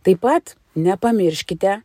taip pat nepamirškite